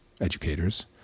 educators